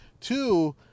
two